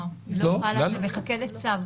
לא, מחכה לצו.